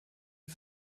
dem